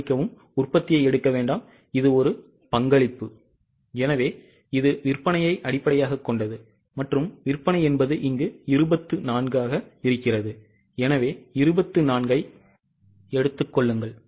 மன்னிக்கவும் உற்பத்தியை எடுக்க வேண்டாம் இது ஒரு பங்களிப்பு எனவே இது விற்பனையை அடிப்படையாகக் கொண்டது மற்றும் விற்பனை 24 ஆகும் எனவே 24 ஐ எடுத்துக் கொள்ளுங்கள்